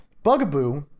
Bugaboo